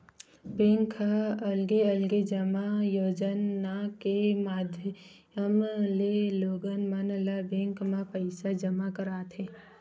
bank ह अलगे अलगे जमा योजना के माधियम ले लोगन मन ल बेंक म पइसा जमा करवाथे